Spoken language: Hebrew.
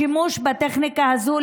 השימוש בטכנולוגיה הזו,